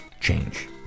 change